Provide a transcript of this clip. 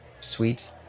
sweet